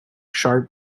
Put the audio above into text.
sharp